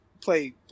play